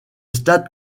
stade